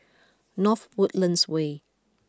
North Woodlands Way